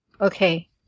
Okay